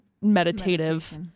meditative